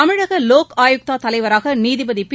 தமிழக லோக் ஆயுக்தா தலைவராக நீதிபதி பி